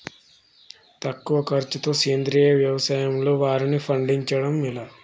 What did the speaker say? తక్కువ ఖర్చుతో సేంద్రీయ వ్యవసాయంలో వారిని పండించడం ఎలా?